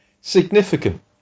significant